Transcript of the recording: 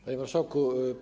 Panie Marszałku!